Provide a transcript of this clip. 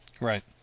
Right